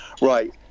Right